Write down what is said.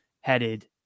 headed